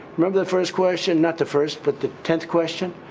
remember the first question? not the first, but the tenth question?